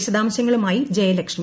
വിശദാംശങ്ങളുമായി ജയലക്ഷ്മി